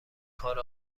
کار